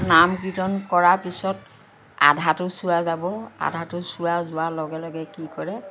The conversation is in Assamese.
নাম কীৰ্ত্তন কৰাৰ পিছত আধাটো চুৱা যাব আধাটো চুৱা যোৱাৰ লগে লগে কি কৰে